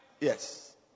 Yes